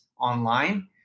online